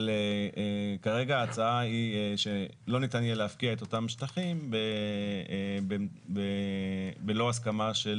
אבל כרגע ההצעה היא שלא ניתן יהיה להפקיע את אותם שטחים בלא הסכמה של